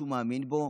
שהוא מאמין בו.